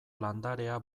landarea